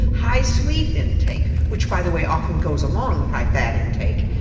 high sweet intake which by the way often goes along with high fat intake.